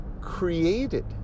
created